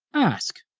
ask,